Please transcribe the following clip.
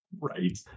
right